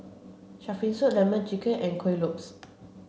shark fin soup lemon chicken and Kuih Lopes